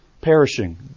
perishing